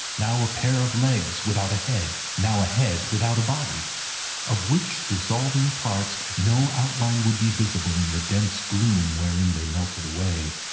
now a pair of legs without a head, now a head without a body of which dissolving parts, no outline would be visible in the dense gloom wherein they melted away.